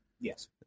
Yes